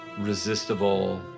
resistible